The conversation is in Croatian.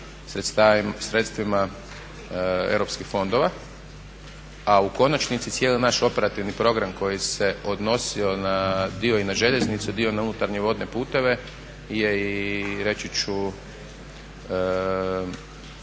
sredstvima EU fondova. A u konačnici cijeli naš operativni program koji se odnosio na dio i na željeznicu, dio na unutarnje vodne puteve je i reći ću